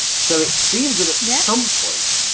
so it seems that at some point